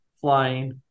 flying